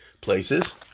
places